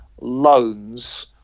loans